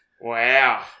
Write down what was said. wow